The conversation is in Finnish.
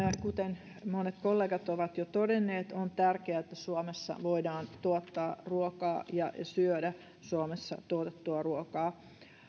kuten monet kollegat ovat jo todenneet on tärkeää että suomessa voidaan tuottaa ruokaa ja syödä suomessa tuotettua ruokaa